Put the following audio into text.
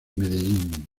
medellín